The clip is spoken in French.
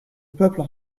peuple